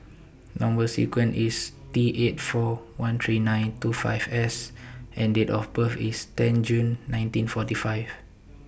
Number sequence IS T eight four one three nine two five S and Date of birth IS ten June nineteen forty five